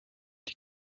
die